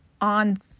on